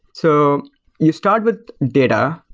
so you start with data.